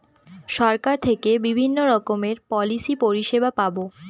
সরকার থেকে বিভিন্ন রকমের পলিসি পরিষেবা পাবো